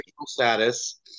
status